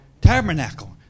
Tabernacle